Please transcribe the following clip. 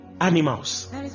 animals